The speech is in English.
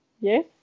Yes